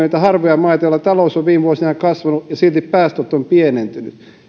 niitä harvoja maita joilla talous on viime vuosina kasvanut ja silti päästöt ovat pienentyneet